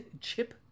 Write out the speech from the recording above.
chip